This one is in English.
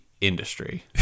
industry